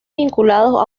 vinculados